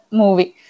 movie